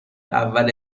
اول